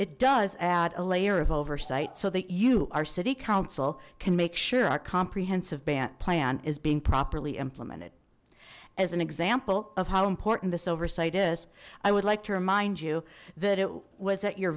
it does add a layer of oversight so that you our city council can make sure our comprehensive bant plan is being properly implemented as an example of how important this oversight is i would like to remind you that it was at you